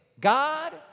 God